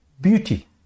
beauty